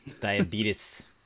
Diabetes